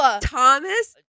thomas